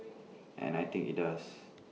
and I think IT does